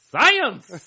Science